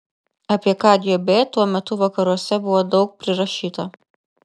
apie kgb tuo metu vakaruose buvo daug prirašyta